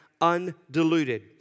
undiluted